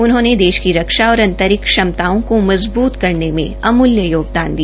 उन्होंने देश की रक्षा और अंतरिक्ष क्षमताओं को मज़बूत करने में अमूल्य योगदान दिया